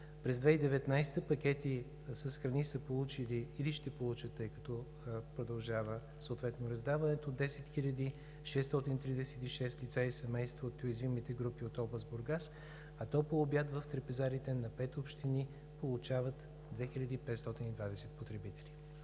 През 2019 г. пакетите с храни са получили или ще получат, тъй като продължава раздаването – 10 хиляди 636 лица и семейства от уязвимите групи от област Бургас, а топъл обяд в трапезариите на пет общини получават 2520 потребители.